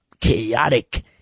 chaotic